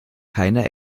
keiner